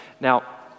Now